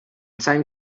time